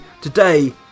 today